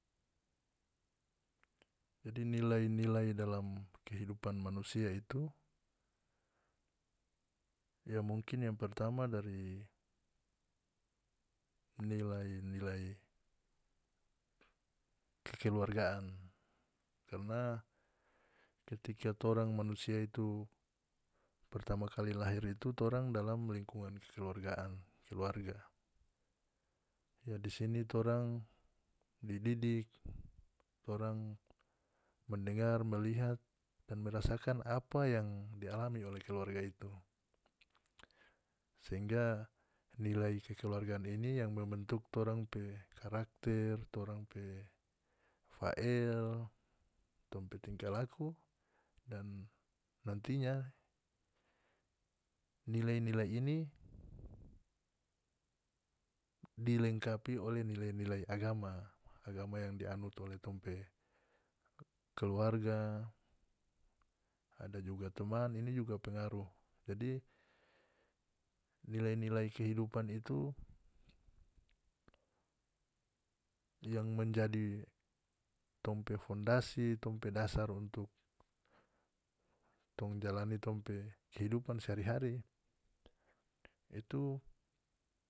Jadi nilai-nilai dalam kehidupan manusia itu ya mungkin yang pertama dari nilai-nilai kekeluargaan karna ketika torang manusia itu pertama kali lahir itu torang dalam lingkungan kekeluargaan keluarga ya disini torang dididik torang mendengar melihat dan merasakan apa yang dialami oleh keluarga itu sehingga nilai kekeluargaan ini yang membentuk torang pe karakter torang pe fael tong pe tingkah laku dan nantinya nilai-nilai ini dilengkapi oleh nilai-nilai agama agama yang dianut oleh tong pe keluarga ada juga teman ini juga pengaruh jadi nilai-nilai kehidupan itu yang menjadi tong pe fondasi tong pe dasar untuk tong jalani tong pe kehidupan sehari-hari itu.